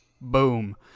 boom